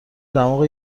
دماغ